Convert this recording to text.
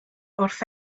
wrth